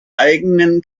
eigenen